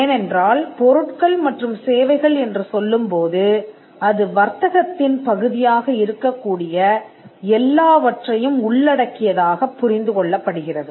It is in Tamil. ஏனென்றால் பொருட்கள் மற்றும் சேவைகள் என்று சொல்லும்போது அது வர்த்தகத்தின் பகுதியாக இருக்கக்கூடிய எல்லாவற்றையும் உள்ளடக்கியதாகப் புரிந்துகொள்ளப்படுகிறது